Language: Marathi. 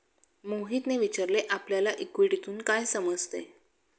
मोहितने विचारले आपल्याला इक्विटीतून काय समजते?